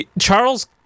Charles